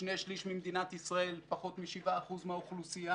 שני שליש ממדינת ישראל ופחות מ-7% מהאוכלוסייה.